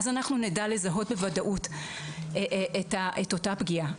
אז אנחנו נדע לזהות בוודאות את אתה פגיעה.